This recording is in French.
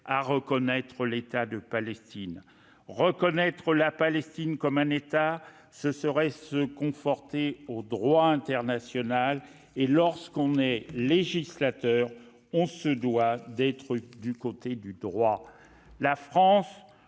reconnaître l'État de Palestine. Reconnaître la Palestine comme un État, ce serait se conformer au droit international et, lorsque l'on est législateur, on se doit d'être du côté du droit. La France